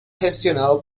gestionado